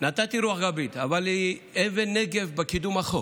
נתתי רוח גבית, אבל היא אבן נגף בקידום החוק,